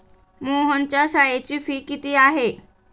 मोहनच्या शाळेची फी किती आहे?